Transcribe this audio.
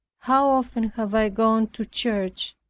how often have i gone to church,